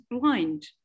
blind